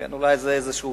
לכן אולי זה תיקו.